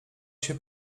się